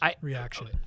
reaction